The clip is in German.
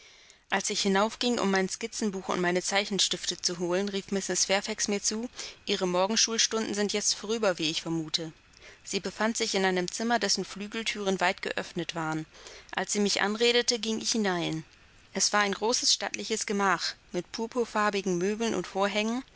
als ich hinauf ging um mein skizzenbuch und meine zeichenstifte zu holen rief mrs fairfax mir zu ihre morgenschulstunden sind jetzt vorüber wie ich vermute sie befand sich in einem zimmer dessen flügelthüren weit geöffnet waren als sie mich anredete ging ich hinein es war ein großes stattliches gemach mit purpurfarbigen möbeln und vorhängen